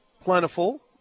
plentiful